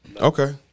Okay